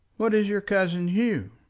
what is your cousin hugh?